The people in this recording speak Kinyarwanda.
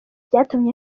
byatumye